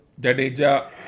Jadeja